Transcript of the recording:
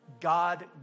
God